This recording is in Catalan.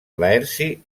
laerci